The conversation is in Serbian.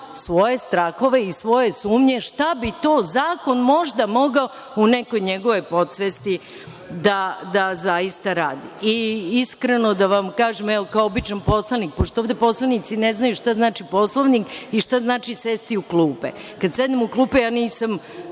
svoje strahove i svoje sumnje šta bi to zakon možda mogao u nekoj njegovoj podsvesti da zaista radi. Iskreno da vam kažem, kao običan poslanik, pošto ovde poslanici ne znaju šta znači Poslovnik i šta znači sesti u klupe, kada sednem u klupe ja nisam